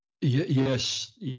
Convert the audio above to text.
Yes